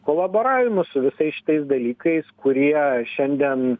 kolaboravimu su visais šitais dalykais kurie šiandien